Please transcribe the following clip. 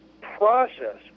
process